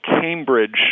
Cambridge